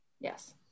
yes